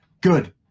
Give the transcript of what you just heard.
good